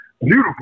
beautiful